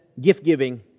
gift-giving